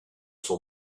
sont